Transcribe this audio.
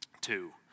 two